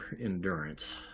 endurance